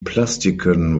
plastiken